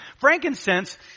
Frankincense